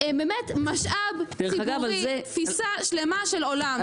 באמת משאב ציבורי, תפיסה שלמה של עולם.